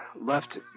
left